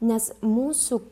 nes mūsų